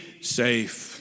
safe